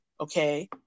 okay